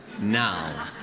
now